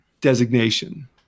designation